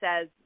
says